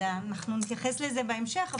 אז נתייחס לזה בהמשך.